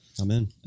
Amen